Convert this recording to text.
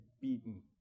beaten